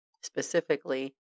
specifically